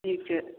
ठीक है